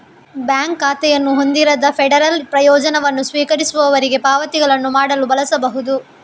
bank ಖಾತೆಯನ್ನು ಹೊಂದಿರದ federal ಪ್ರಯೋಜನವನ್ನು ಸ್ವೀಕರಿಸುವವರಿಗೆ ಪಾವತಿಗಳನ್ನು ಮಾಡಲು ಬಳಸಬಹುದು